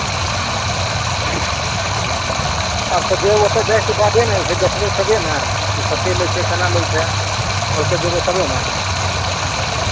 आब तऽ जे ओतय जायके बादे ने जे छै देखबै तभिए ने की कतेक लै छै केना लै छै ओतय जेबै तबे ने